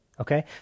Okay